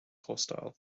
hostile